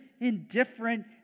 indifferent